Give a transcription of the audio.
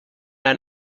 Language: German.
ein